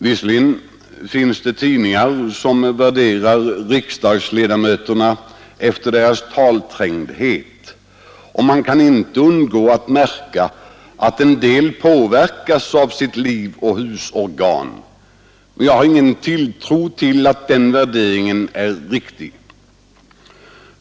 Visserligen finns det tidningar som värderar riksdagsledamöterna efter deras talträngdhet, och man kan inte undgå att märka att en del människor påverkas av sitt livoch husorgan, men jag har ingen tilltro till att den värderingen är riktig.